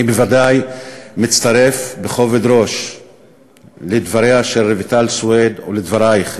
אני בוודאי מצטרף בכובד ראש לדבריה של רויטל סויד ולדברייך,